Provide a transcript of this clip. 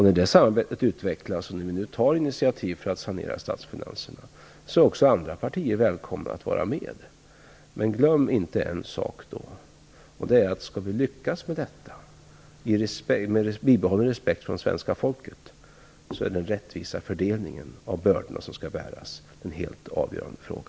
När det samarbetet utvecklas och när vi nu tar initiativ för att sanera statsfinanserna är också andra partier välkomna att vara med. Men glöm inte en sak: Skall vi lyckas med detta med bibehållen respekt från svenska folket är den rättvisa fördelningen av de bördor som skall bäras en helt avgörande fråga.